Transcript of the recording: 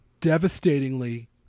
devastatingly